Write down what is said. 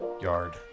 yard